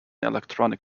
electronic